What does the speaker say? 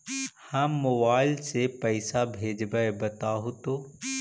हम मोबाईल से पईसा भेजबई बताहु तो?